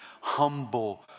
Humble